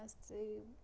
बैसे